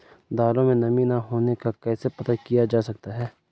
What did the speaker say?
दालों में नमी न होने का कैसे पता किया जा सकता है?